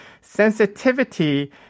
sensitivity